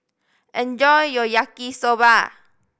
enjoy your Yaki Soba